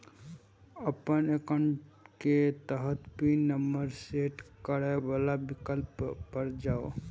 अपन एकाउंट के तहत पिन नंबर सेट करै बला विकल्प पर जाउ